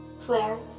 Claire